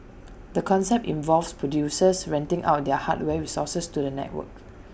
the concept involves producers renting out their hardware resources to the network